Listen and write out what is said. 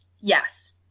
Yes